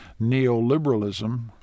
neoliberalism